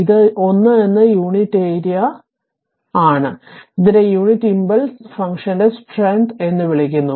ഇത് 1 എന്ന യൂണിറ്റ് ഏരിയയാണ് ഇതിനെ യൂണിറ്റ് ഇംപൾസ് ഫംഗ്ഷന്റെ സ്ട്രെങ്ത് എന്ന് വിളിക്കുന്നു